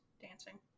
Dancing